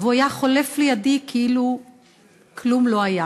והוא היה חולף לידי כאילו כלום לא היה.